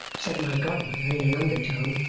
said my godmother in an undertone,